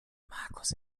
markus